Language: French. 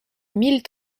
mille